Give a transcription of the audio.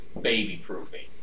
Baby-proofing